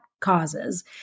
causes